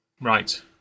Right